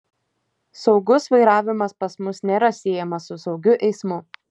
saugus vairavimas pas mus nėra siejamas su saugiu eismu